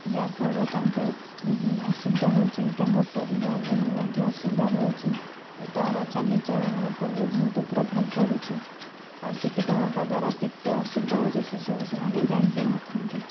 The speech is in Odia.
ଯାହା ଫଳରେ ତାଙ୍କୁ ବିଭିନ୍ନ ଅସୁବିଧା ହେଉଛି ତାଙ୍କ ପରିବାରରେ ବି ମଧ୍ୟ ଅସୁବିଧା ରହୁଛି ଓ ତାର ଚାଲି ଚଲଣି ଉପରେ ବି ବହୁତ ପ୍ରଭାବ ପଡ଼ୁଛି ଅଶିକ୍ଷିତ ହେବାଦ୍ୱାରା କେତେ ଅସୁବିଧା ହଉଛି ସେ'ସବୁ ସେମାନେ ଜାଣି ପାରିନଥାନ୍ତି